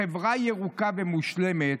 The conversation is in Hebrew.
חברה ירוקה מושלמת".